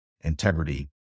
integrity